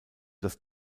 das